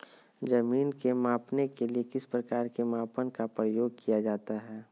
जमीन के मापने के लिए किस प्रकार के मापन का प्रयोग किया जाता है?